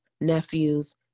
nephews